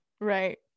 right